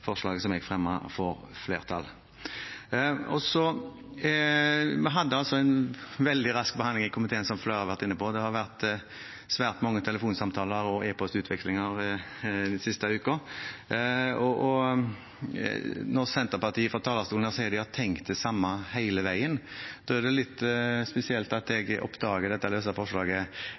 forslaget som jeg fremmet, får flertall. Vi hadde en veldig rask behandling i komiteen, som flere har vært inne på, det har vært svært mange telefonsamtaler og e-postutvekslinger den siste uken. Når Senterpartiet fra talerstolen sier at de har tenkt det samme hele veien, er det litt spesielt at jeg oppdager dette